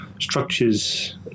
structures